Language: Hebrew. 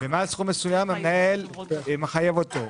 ומעל סכום מסוים המנהל מחייב אותו.